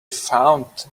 found